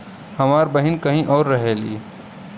हमार बहिन कहीं और रहेली